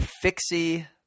fixie